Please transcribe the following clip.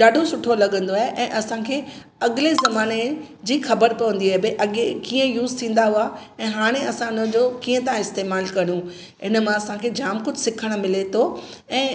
ॾाढो सुठो लॻंदो आहे ऐं असांखे अॻिले ज़माने जी ख़बर पवंदी आहे भई अॻिएं कीअं यूज़ थींदा हुआ ऐं हाणे असां उनजो कीअं था इस्तेमालु करूं इन मां असांखे जाम कुझु सिखणु मिले थो ऐं